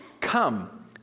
come